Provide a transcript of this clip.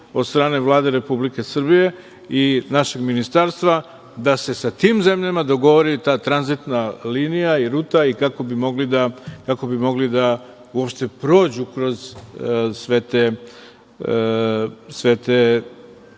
od strane Vlade Republike Srbije i našeg ministarstva, da se sa tim zemljama dogovori ta tranzitna linija, ruta, kako bi mogli da uopšte prođu kroz sve te